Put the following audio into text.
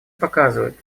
показывают